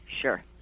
Sure